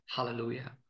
Hallelujah